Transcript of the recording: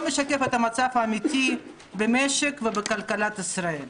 משקף את המצב האמיתי במשק ובכלכלת ישראל.